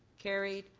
carried.